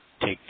take